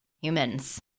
humans